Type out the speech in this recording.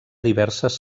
diverses